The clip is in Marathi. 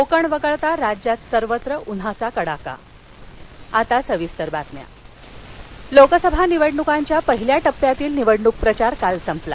कोकण वगळता राज्यात सर्व उन्हाचा कडाका लोकसभा निवडणक लोकसभा निवडणुकांच्या पहिल्या टप्प्यातील निवडणूक प्रचार काल संपला